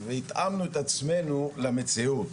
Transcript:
והתאמנו את עצמנו למציאות.